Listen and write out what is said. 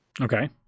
okay